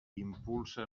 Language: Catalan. impulsa